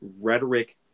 rhetoric